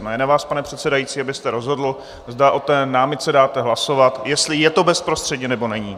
A je na vás, pane předsedající, abyste rozhodl, zda o té námitce dáte hlasovat, jestli je to bezprostředně, nebo není.